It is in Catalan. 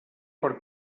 per